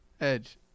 Edge